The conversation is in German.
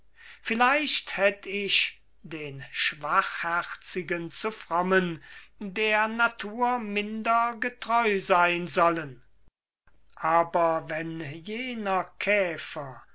vielleicht hätt ich den schwachherzigen zu frommen der natur minder getreu seyn sollen aber wenn jener käfer